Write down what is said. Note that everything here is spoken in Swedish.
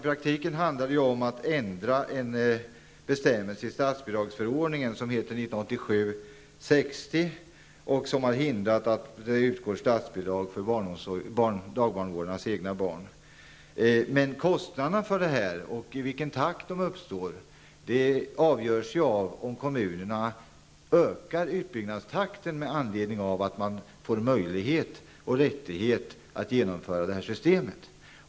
I praktiken handlar det om att ändra en bestämmelse i statsbidragsförordningen, 1987:60, som har utgjort ett hinder mot att det utgår statsbidrag för barnomsorg när det gäller dagbarnvårdares egna barn. Men kostnaderna och i vilken takt de uppstår avgörs ju av om kommunerna ökar utbyggnadstakten med anledning av att de får möjlighet och rättighet att genomföra detta system.